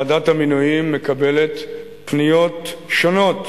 ועדת המינויים מקבלת פניות שונות